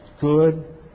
good